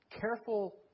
careful